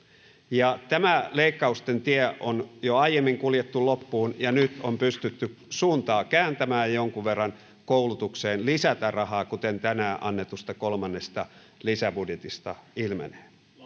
tämä leikkausten tie on jo aiemmin kuljettu loppuun ja nyt on pystytty suuntaa kääntämään ja jonkun verran koulutukseen lisätään rahaa kuten tänään annetusta kolmannesta lisäbudjetista ilmenee